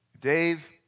Dave